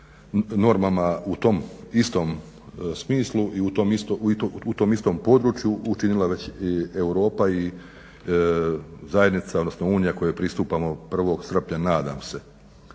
u tom istom smislu i u tom istom području učinila već Europa i zajednica odnosno unija kojoj pristupamo prvog srpnja nadam se.